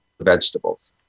vegetables